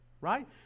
right